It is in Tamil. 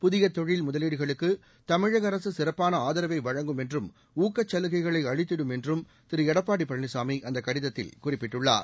புதிய தொழில் முதலீடுகளுக்கு தமிழக அரசு சிறப்பான ஆதரவை வழங்கும் என்றும் ஊக்கச்சலுகைகளை அளித்திடும் என்றும் திரு எடப்பாடி பழனிசாமி அந்த கடிதத்தில் குறிப்பிட்டுள்ளார்